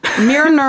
Mirror